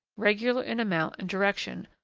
regular in amount and direction,